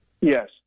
Yes